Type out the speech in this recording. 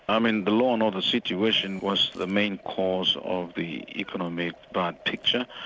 um and the law and order situation was the main cause of the economic bad picture,